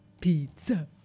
pizza